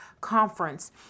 conference